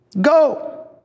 go